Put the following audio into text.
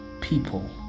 people